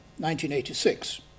1986